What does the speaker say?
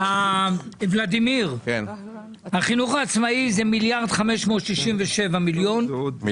ולדימיר, החינוך העצמאי זה 1,567,000,000